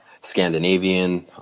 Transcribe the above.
Scandinavian